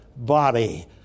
Body